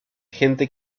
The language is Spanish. gente